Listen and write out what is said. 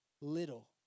little